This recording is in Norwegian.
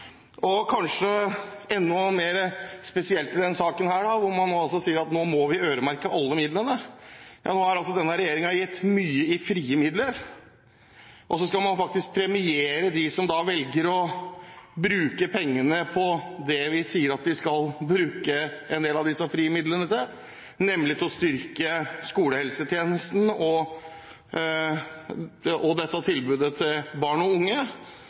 øremerke. Kanskje enda mer spesielt i denne saken er det at man sier at man må øremerke alle midlene. Ja, nå har denne regjeringen gitt mye i frie midler, og man skal faktisk premiere dem som velger å bruke pengene på det vi sier at de skal bruke en del av disse frie midlene til, nemlig til å styrke skolehelsetjenesten og tilbudet til barn og unge.